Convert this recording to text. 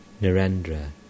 Narendra